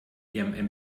ihrem